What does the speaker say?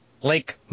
Lake